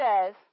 says